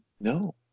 No